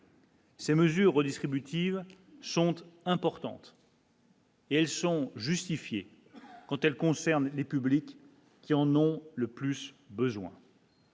Ces mesures redistributives sont importantes. Et elles sont justifiées, quand elle concerne les publics qui en ont le plus besoin.